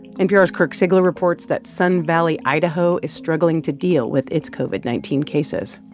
npr's kirk siegler reports that sun valley, idaho, is struggling to deal with its covid nineteen cases